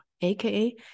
aka